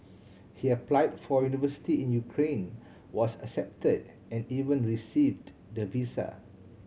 he apply for university in Ukraine was accepted and even received the visa